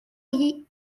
riz